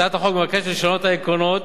הצעת החוק מבקשת לשנות את העקרונות